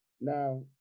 Now